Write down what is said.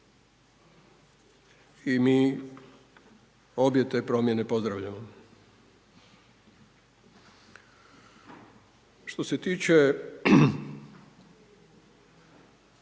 I mi obje te promjene pozdravljamo. Što se tiče